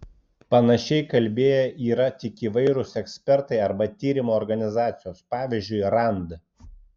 panašiai kalbėję yra tik įvairūs ekspertai arba tyrimų organizacijos pavyzdžiui rand